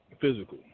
physical